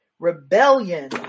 Rebellion